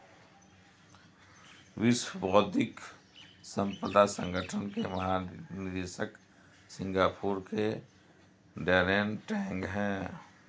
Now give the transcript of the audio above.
विश्व बौद्धिक संपदा संगठन के महानिदेशक सिंगापुर के डैरेन टैंग हैं